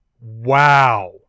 Wow